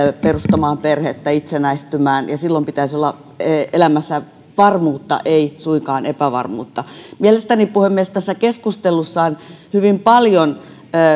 perustamaan perhettä itsenäistymään ja silloin pitäisi olla elämässä varmuutta ei suinkaan epävarmuutta mielestäni puhemies tässä keskustelussa on hyvin paljon